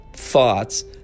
thoughts